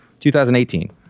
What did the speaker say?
2018